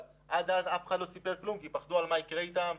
אבל עד אז אף אחד לא סיפר כלום כי פחדו מה יקרה אתם,